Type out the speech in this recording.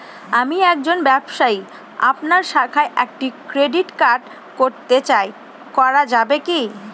আমি একজন ব্যবসায়ী আপনার শাখায় একটি ক্রেডিট কার্ড করতে চাই করা যাবে কি?